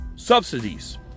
Subsidies